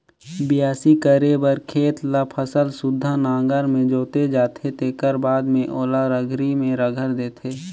बियासी करे बर खेत ल फसल सुद्धा नांगर में जोते जाथे तेखर बाद में ओला रघरी में रघर देथे